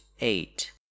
eight